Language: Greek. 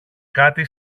κάτι